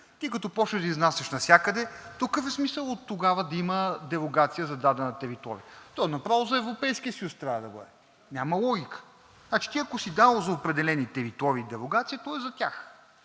и като започнеш да изнасяш навсякъде – то какъв е смисълът тогава да има дерогация за дадена територия. То направо за Европейския съюз трябва да бъде – няма логика. Значи ти, ако си дал за определени територии дерогация – то е за тях?